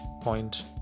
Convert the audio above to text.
point